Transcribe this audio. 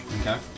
Okay